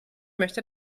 möchte